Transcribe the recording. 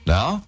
Now